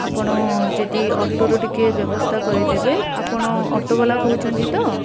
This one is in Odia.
ଆପଣ ଯଦି ଅଟୋର ଟିକେ ବ୍ୟବସ୍ଥା କରିଦେବେ ଆପଣ ଅଟୋବାଲା କହୁଛନ୍ତି ତ